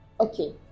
okay